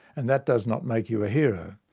and that does not make you a hero.